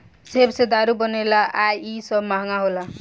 सेब से दारू बनेला आ इ सब महंगा होला